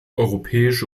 europäische